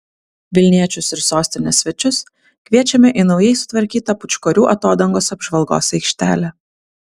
vilniečius ir sostinės svečius kviečiame į naujai sutvarkytą pūčkorių atodangos apžvalgos aikštelę